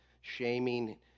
shaming